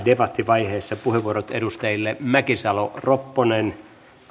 debattivaiheessa puheenvuorot edustajille mäkisalo ropponen